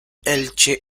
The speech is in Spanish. elche